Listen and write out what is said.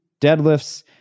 deadlifts